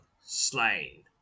Slain